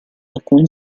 alcun